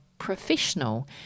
professional